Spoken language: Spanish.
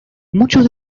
muchos